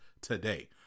today